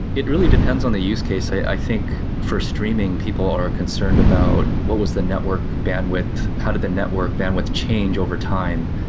it really depends on the use case. i think for streaming, people are concerned about what was the network bandwidth, how did the network bandwidth change over time.